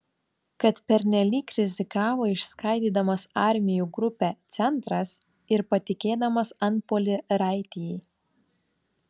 kad pernelyg rizikavo išskaidydamas armijų grupę centras ir patikėdamas antpuolį raitijai